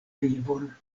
vivon